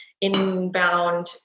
inbound